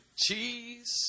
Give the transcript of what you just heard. cheese